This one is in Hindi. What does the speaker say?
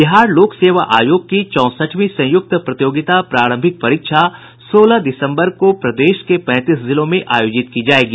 बिहार लोक सेवा आयोग की चौसठवीं संयुक्त प्रतियोगिता प्रारंभिक परीक्षा सोलह दिसम्बर को प्रदेश के पैंतीस जिलों में आयोजित की जायेगी